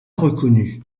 reconnue